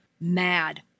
mad